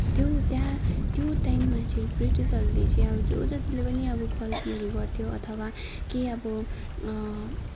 त्यो त्यहाँ त्यो टाइममा चाहिँ ब्रिटिसहरूले चाहिँ अब जो जतिले पनि अब गल्तीहरू गर्थ्यो अथवा केही अब